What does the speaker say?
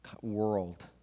world